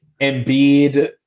Embiid